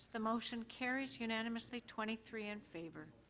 the motion carries unanimously twenty three in favor.